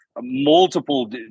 multiple